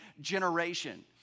generation